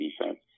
defense